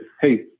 hey